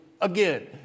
again